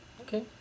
Okay